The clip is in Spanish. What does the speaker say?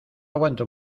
aguanto